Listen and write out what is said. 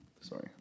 Sorry